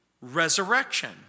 resurrection